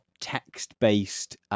text-based